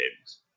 games